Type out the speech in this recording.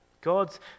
God's